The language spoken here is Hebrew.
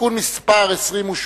(תיקון מס' 28)